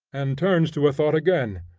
and turns to a thought again,